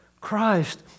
Christ